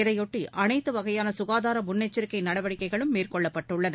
இதையொட்டி அனைத்து வகையான சுகாதார முன்னெச்சிக்கை நடவடிக்கைகளும் மேற்கொள்ளப்பட்டுள்ளன